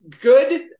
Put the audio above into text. good